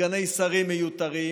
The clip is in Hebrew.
סגני שרים מיותרים,